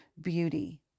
beauty